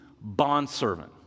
bondservant